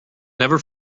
never